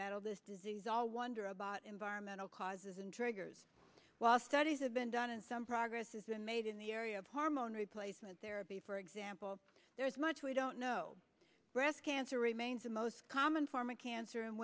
battled this disease all wonder about environmental causes and triggers while studies have been done and some progress has been made in the area of hormone replacement therapy for example there is much we don't know breast cancer remains the most common form of cancer